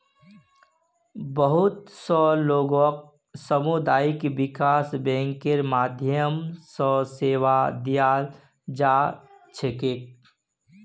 बहुत स लोगक सामुदायिक विकास बैंकेर माध्यम स सेवा दीयाल जा छेक